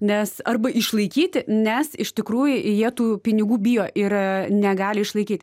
nes arba išlaikyti nes iš tikrųjų jie tų pinigų bijo ir negali išlaikyt